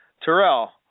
Terrell